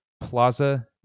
Plaza